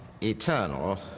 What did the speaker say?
Eternal